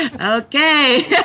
okay